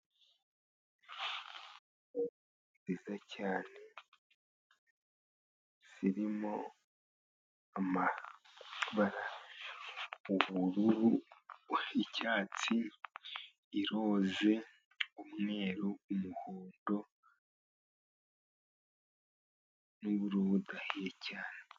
.....Nziza cyane. Zirimo amabara ubururu, icyatsi, iroze, umweru, umuhondo n'ubururu budahiye cyane.